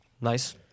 nice